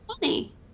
funny